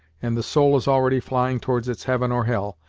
and the soul is already flying towards its heaven or hell,